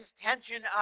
tension